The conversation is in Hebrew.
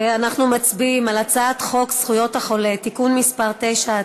אנחנו מצביעים על הצעת חוק זכויות החולה (תיקון מס' 9),